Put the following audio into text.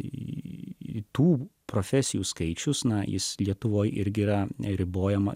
į tų profesijų skaičius na jis lietuvoje irgi yra neribojama